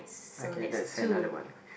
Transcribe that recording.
okay that's another one